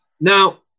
Now